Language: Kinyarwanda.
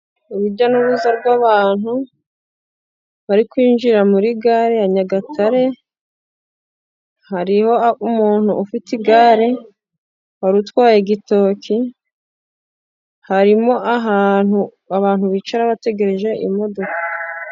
Urujya n'uruza rw'abantu bari kwinjira muri gare ya Nyagatare, hariho umuntu ufite igare, wari utwaye igitoki, harimo ahantu abantu bicara bategereje imodoka.